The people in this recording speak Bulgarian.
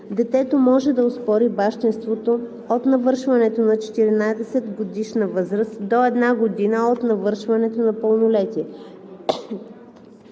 Детето може да оспори бащинството от навършването на четиринадесетгодишна възраст до една година от навършването на пълнолетие.“